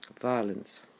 violence